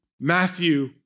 Matthew